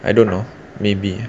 I don't know maybe